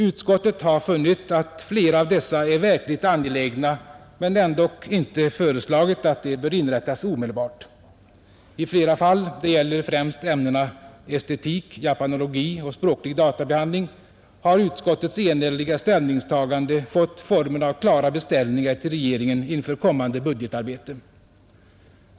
Utskottet har funnit att flera av dessa är verkligt angelägna men ändock inte föreslagit att de bör inrättas omedelbart. I flera fall — det gäller främst ämnena estetik, japanologi och språklig databehandling — har utskottets enhälliga ställningstagande fått formen av klara beställningar till regeringen inför kommande budgetarbete.